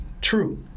true